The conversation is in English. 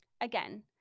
Again